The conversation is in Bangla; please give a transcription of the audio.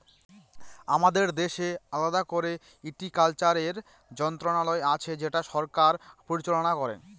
আমাদের দেশে আলাদা করে হর্টিকালচারের মন্ত্রণালয় আছে যেটা সরকার পরিচালনা করে